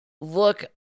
look